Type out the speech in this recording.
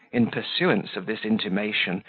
in pursuance of this intimation,